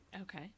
okay